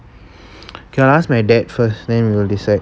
k I ask my dad first then we will decide